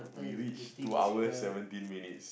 we reach two hours seventeen minutes